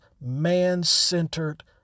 man-centered